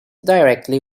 directly